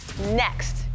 next